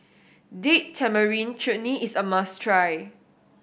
Date Tamarind Chutney is a must try